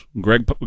Greg